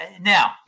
Now